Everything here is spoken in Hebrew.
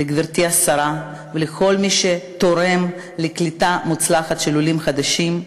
לגברתי השרה ולכל מי שתורם לקליטה מוצלחת של עולים חדשים.